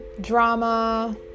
drama